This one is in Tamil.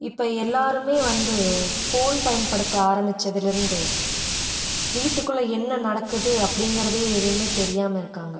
இப்போ எல்லோருமே வந்து ஃபோன் பயன்படுத்த ஆரம்பிச்சதிலேருந்து வீட்டுக்குள்ளே என்ன நடக்குது அப்படிங்கறதே எதுவுமே தெரியாமல் இருக்காங்க